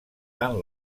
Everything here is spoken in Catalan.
tant